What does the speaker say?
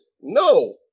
No